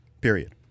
period